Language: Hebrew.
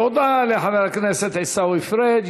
תודה לחבר הכנסת עיסאווי פריג'.